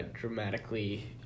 dramatically